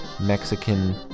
Mexican